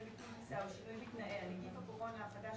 ביטול טיסה או שינוי בתנאיה) (נגיף הקורונה החדש,